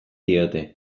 diote